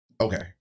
Okay